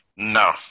No